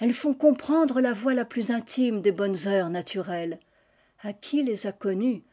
elles font comprendre la voix la plus intime des bonnes heures naturelles a qui les a connues